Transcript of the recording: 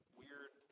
weird